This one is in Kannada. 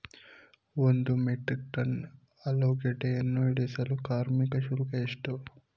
ಒಂದು ಮೆಟ್ರಿಕ್ ಟನ್ ಆಲೂಗೆಡ್ಡೆಯನ್ನು ಇಳಿಸಲು ಕಾರ್ಮಿಕ ಶುಲ್ಕ ಎಷ್ಟು?